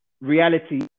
reality